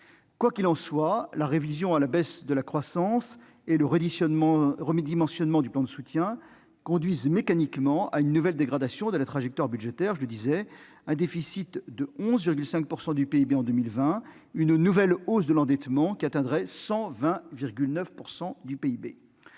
Quoi qu'il en soit, la révision à la baisse de la croissance et le redimensionnement du plan de soutien conduisent mécaniquement à une nouvelle dégradation de la trajectoire budgétaire : un déficit de 11,5 % du PIB en 2020, une nouvelle hausse de l'endettement qui atteindrait 120,9 % du PIB.